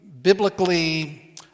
Biblically